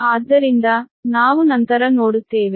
ಆದ್ದರಿಂದ ನಾವು ನಂತರ ನೋಡುತ್ತೇವೆ